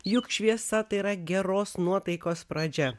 juk šviesa tai yra geros nuotaikos pradžia